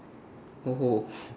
oh